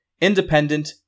independent